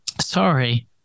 Sorry